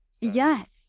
Yes